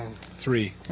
three